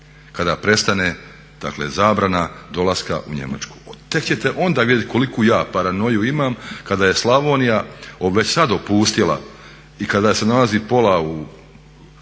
kada prestane dakle zabrana dolaska u Njemačku. Tek ćete onda vidjeti koliku ja paranoju imam kada je Slavonija već sada opustjela i kada se nalazi pola tih